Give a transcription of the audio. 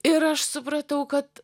ir aš supratau kad